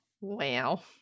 Wow